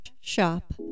shop